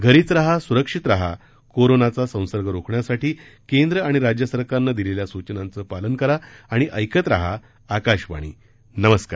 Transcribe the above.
घरीच रहा सुरक्षित रहा कोरोनाचा संसर्ग रोखण्यासाठी केंद्र आणि राज्य सरकारनं दिलेल्या सूचनांचं पालन करा आणि ऐकत रहा आकाशवाणी नमस्कार